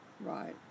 right